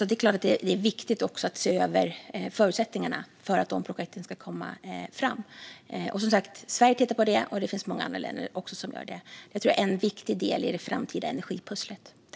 Det är klart att det är viktigt att se över förutsättningarna för att dessa projekt ska komma fram. Och, som sagt, Sverige tittar på det, och det finns många andra länder som också gör det. Det tror jag är en viktig del i det framtida energipusslet.